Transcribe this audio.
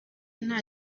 nta